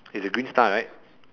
okay the green star right